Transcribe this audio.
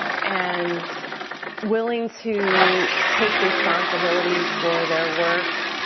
and willing to take responsibility for their work